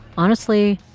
honestly?